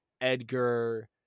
Edgar